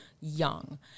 young